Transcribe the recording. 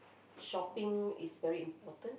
shopping is very important